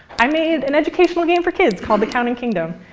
i made an educational game for kids called the counting kingdom.